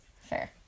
Fair